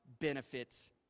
benefits